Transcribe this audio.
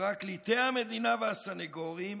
פרקליטי המדינה והסנגורים,